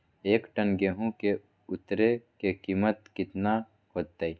एक टन गेंहू के उतरे के कीमत कितना होतई?